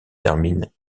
termine